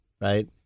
right